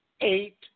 Eight